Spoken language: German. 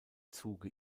zuge